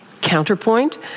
counterpoint